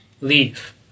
leave